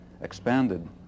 expanded